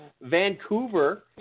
Vancouver